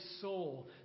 soul